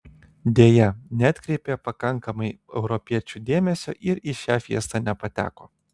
deja neatkreipė pakankamai europiečių dėmesio ir į šią fiestą nepateko